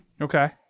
Okay